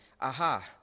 Aha